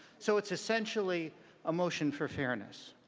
so it's essentially a motion for fairness.